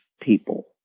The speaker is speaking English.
people